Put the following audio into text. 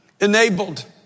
enabled